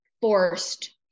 forced